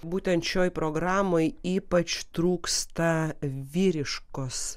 būtent šioj programoj ypač trūksta vyriškos